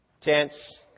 Tents